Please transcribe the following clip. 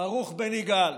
ברוך בן יגאל,